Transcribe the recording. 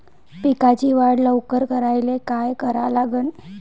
पिकाची वाढ लवकर करायले काय करा लागन?